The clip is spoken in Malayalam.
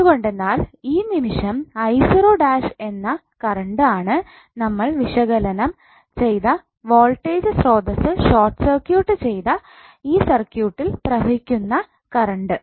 എന്തുകൊണ്ടെന്നാൽ ഈ നിമിഷം 𝑖0′ എന്നാ കറണ്ട് ആണ് നമ്മൾ വിശകലനം ചെയ്ത വോൾട്ടേജ് സ്രോതസ്സ് ഷോർട്ട് സർക്യൂട്ട് ചെയ്ത ഈ സർക്യൂട്ടിൽ പ്രവഹിക്കു കറണ്ട്